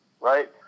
right